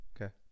Okay